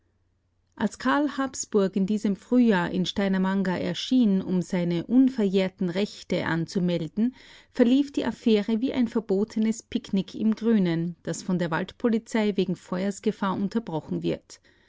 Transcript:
als karl habsburg in diesem frühjahr in steinamanger erschien um seine unverjährten rechte anzumelden verlief die affäre wie ein verbotenes picknick im grünen das von der waldpolizei wegen feuersgefahr unterbrochen wird